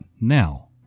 now